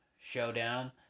Showdown